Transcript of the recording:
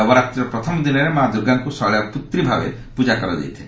ନବରାତ୍ରିର ପ୍ରଥମ ଦିନରେ ମା' ଦୁର୍ଗାଙ୍କୁ ଶେଳପୂତ୍ରି ଭାବେ ପୂଜା କରାଯାଇଥାଏ